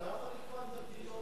אבל אתה לא יכול לקבוע אם זה